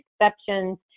exceptions